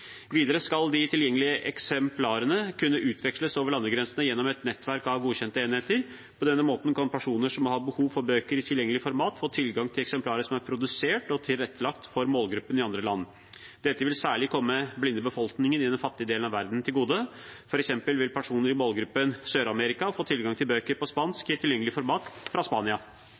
Videre skal de tilgjengelige eksemplarene kunne utveksles over landegrensene gjennom et nettverk av godkjente enheter. På den måten kan personer som har behov for bøker i tilgjengelige format, få tilgang til eksemplarer som er produsert og tilrettelagt for målgruppen i andre land. Dette vil særlig komme den blinde befolkningen i den fattige delen av verden til gode. For eksempel vil personer i målgruppen i Sør-Amerika få tilgang til bøker på spansk i et tilgjengelig format, fra Spania.